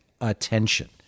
attention